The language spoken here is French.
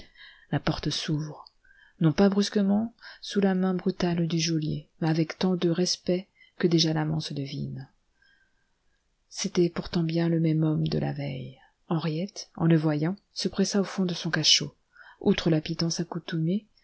la porte s'ouvre non pas brusquement sous la main brutale du geôlier mais avec tant de respect que déjà l'amant se devine c'était bien pourtant le même homme de la veille henriette en le voyant se pressa au fond de son cachot outre la pitance accoutumée